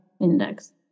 index